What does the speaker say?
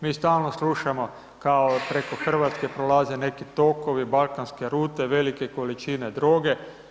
Mi stalno slušamo kao preko Hrvatske prolaze neki tokovi, balkanske rute, velike količine droge.